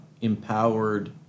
empowered